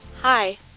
Hi